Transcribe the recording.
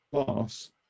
class